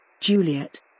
Juliet